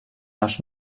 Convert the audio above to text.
els